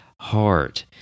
heart